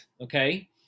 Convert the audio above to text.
okay